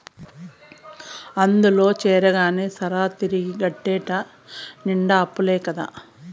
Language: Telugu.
అందుల చేరగానే సరా, తిరిగి గట్టేటెట్ట నిండా అప్పులే కదా